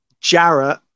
Jarrett